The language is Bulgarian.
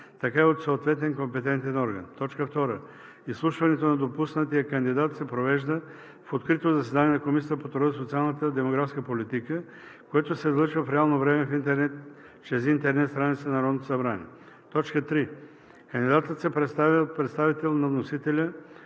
така и от съответен компетентен орган. 2. Изслушването на допуснатия кандидат се провежда в открито заседание на Комисията по труда, социалната и демографската политика, което се излъчва в реално време в интернет чрез интернет страницата на Народното събрание. 3. Кандидатът се представя от представител на вносителя